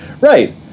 Right